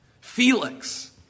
Felix